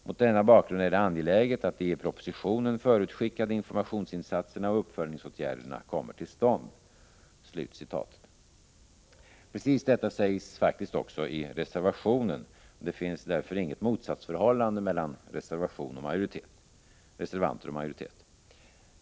Mot denna bakgrund är det angeläget, att de i propositionen till Sanda ; Å Å Fredagen den Precis detta sägs också i reservationen. Det finns därför inget motsatsför 7 juni 1985 hållande mellan reservant och majoritet.